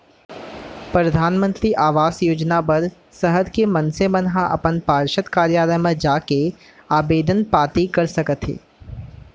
परधानमंतरी आवास योजना बर सहर के मनसे मन ह अपन पार्षद कारयालय म जाके आबेदन पाती कर सकत हे